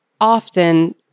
often